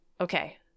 Okay